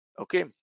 okay